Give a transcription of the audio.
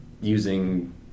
using